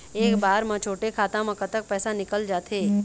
एक बार म छोटे खाता म कतक पैसा निकल जाथे?